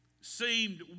seemed